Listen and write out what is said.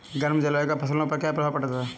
गर्म जलवायु का फसलों पर क्या प्रभाव पड़ता है?